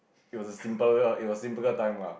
it was a simple it was a simpler time lah